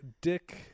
dick